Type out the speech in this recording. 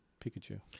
Pikachu